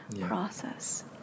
process